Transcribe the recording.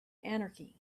anarchy